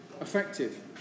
effective